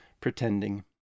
pretending